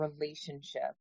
relationship